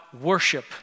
worship